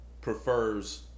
prefers